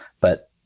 but-